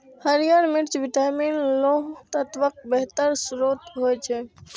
हरियर मिर्च विटामिन, लौह तत्वक बेहतर स्रोत होइ छै